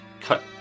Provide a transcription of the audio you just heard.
cut